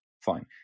Fine